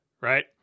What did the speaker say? right